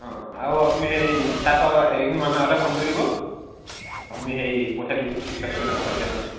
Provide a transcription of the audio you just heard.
অঁ আৰু আপুনি সেই এদিনমানৰ আগতে ফোন কৰি দিব আপুনি হেৰি পইচা ডি ডিছকাছ কৰি ল'ম ভালকৈ মানে